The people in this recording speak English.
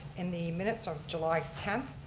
in the minutes of july tenth,